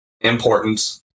Important